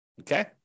okay